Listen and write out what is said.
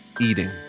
eating